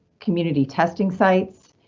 community testing sites,